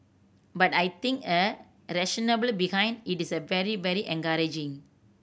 but I think a rationale will behind it is very very encouraging